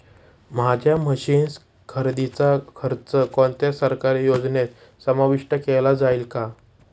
माझ्या मशीन्स खरेदीचा खर्च कोणत्या सरकारी योजनेत समाविष्ट केला जाईल का?